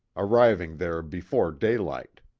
arriving there before daylight.